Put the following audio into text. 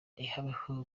ntihabeho